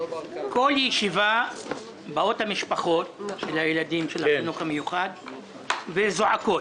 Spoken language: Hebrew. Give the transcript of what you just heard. בכל ישיבה באות המשפחות של ילדי החינוך המיוחד וזועקות,